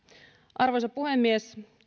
arvoisa puhemies